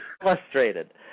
frustrated